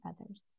others